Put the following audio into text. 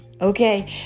okay